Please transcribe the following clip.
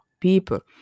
people